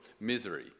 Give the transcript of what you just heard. misery